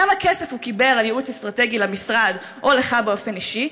כמה כסף הוא קיבל על ייעוץ אסטרטגי למשרד או לך באופן אישי?